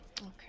Okay